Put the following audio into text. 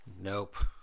nope